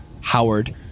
Howard